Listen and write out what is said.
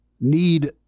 need